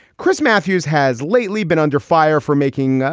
chris matthews has lately been under fire for making,